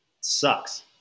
sucks